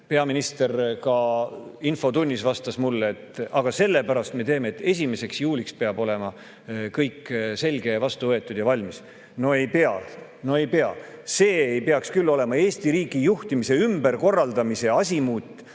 Peaminister ka infotunnis vastas mulle, et aga sellepärast me teeme, et 1. juuliks peab olema kõik selge ja vastu võetud ja valmis. No ei pea! Ei pea! See ei peaks küll olema Eesti riigi juhtimise ümberkorraldamise asimuut